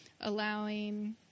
allowing